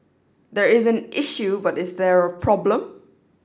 there is an issue but is there a problem